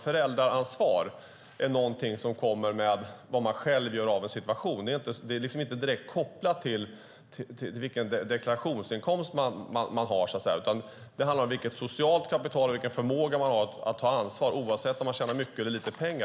Föräldraansvar har att göra med vad man själv gör av situationen. Det är inte direkt kopplat till vilken deklarationsinkomst man har, utan det handlar om vilket socialt kapital man har och vilken förmåga man har att ta ansvar oavsett om man tjänar mycket eller lite pengar.